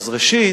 ראשית,